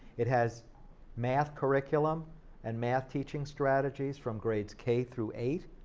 it has math curriculum and math-teaching strategies from grades k through eight.